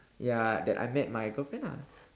ya that I met my girlfriend ah